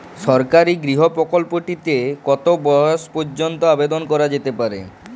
সরকারি গৃহ প্রকল্পটি তে কত বয়স পর্যন্ত আবেদন করা যেতে পারে?